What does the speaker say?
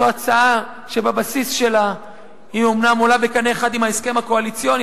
זו הצעה שבבסיס שלה היא אומנם עולה בקנה אחד עם ההסכם הקואליציוני,